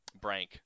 Brank